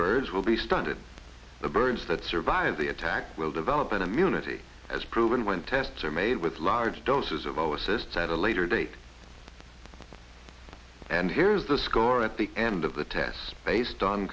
birds will be stunted the birds that survive the attack will develop an immunity as proven when tests are made with large doses of all assists at a later date and here's the score at the end of the test based on